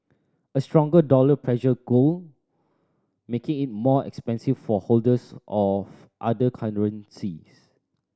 a stronger dollar pressures gold making it more expensive for holders of other currencies